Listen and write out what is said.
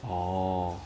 orh